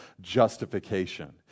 justification